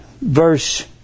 verse